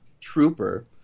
Trooper